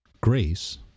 grace